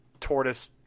tortoise